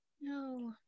No